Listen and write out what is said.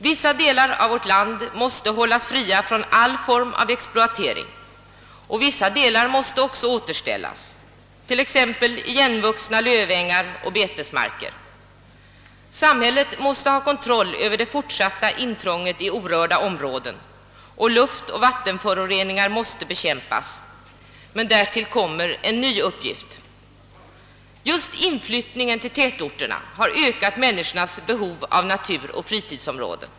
Vissa delar av vårt land måste hållas fria från all form av exploatering, och andra delar måste återställas, t.ex. igenvuxna lövängar och betesmarker. Samhället måste ha kontroll över det fortsatta intrånget i orörda områden, och luftoch vattenförore ningar måste bekämpas. Härtill kommer också en ny uppgift. Just infiyttningen till tätorterna har ökat människornas behov av naturoch fritidsområden.